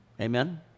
Amen